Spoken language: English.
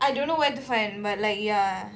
I don't know where to find but like ya